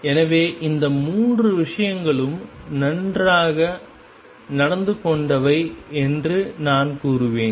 எனவே இந்த 3 விஷயங்களும் நன்றாக நடந்து கொண்டவை என்று நான் கூறுவேன்